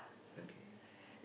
okay